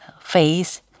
face